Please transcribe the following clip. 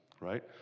right